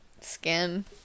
skin